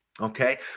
okay